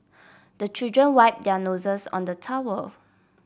the children wipe their noses on the towel